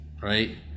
right